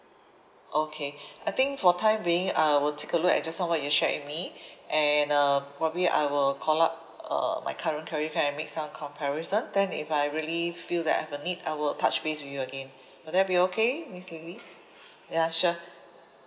okay I think for time being I will take a look at just now what you shared with me and uh probably I will call up uh my current credit card and make some comparison then if I really feel that I have a need I will touch base with you again will that be okay miss lily ya sure